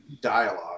dialogue